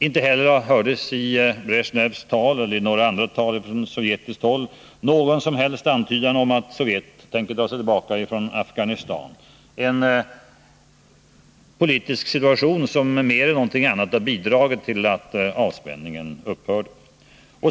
Inte heller hördes i Leonid Bresjnevs tal eller i några andra tal från sovjetiskt håll någon som helst antydan om att Sovjet tänker dra sig tillbaka från Afghanistan — en politisk situation som mer än någonting annat har bidragit till att avspänningen upphörde.